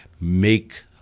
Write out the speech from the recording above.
make